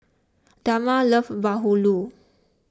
Dagmar loves Bahulu